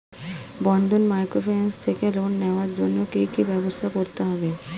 বন্ধন microfinance থেকে loan নেওয়ার জন্য কি কি ব্যবস্থা করতে হবে?